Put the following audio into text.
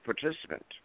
participant